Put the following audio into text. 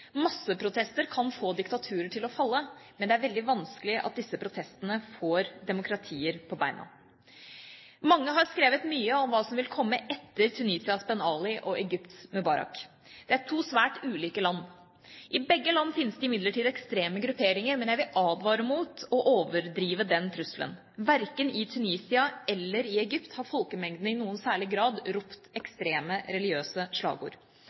av protester. Mange har skrevet mye om hva som vil komme etter Tunisias Ben Ali og Egypts Mubarak. Det er to svært ulike land. I begge land finnes det imidlertid ekstreme grupperinger, men jeg vil advare mot å overdrive den trusselen. Verken i Tunisia eller i Egypt har folkemengdene i noen særlig grad ropt ekstreme religiøse slagord.